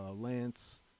Lance